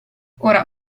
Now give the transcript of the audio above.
ora